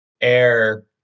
air